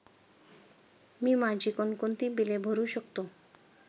मी माझी कोणकोणती बिले भरू शकतो?